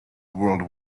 world